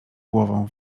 głową